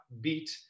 beat